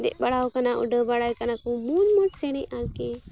ᱫᱮᱡ ᱵᱟᱲᱟᱣ ᱠᱟᱱᱟ ᱩᱰᱟᱹᱣ ᱵᱟᱲᱟᱭ ᱠᱟᱱᱟᱠᱚ ᱢᱚᱡᱽ ᱢᱚᱡᱽ ᱪᱮᱬᱮ ᱟᱨᱠᱤ